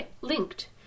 linked